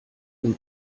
den